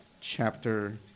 chapter